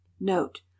note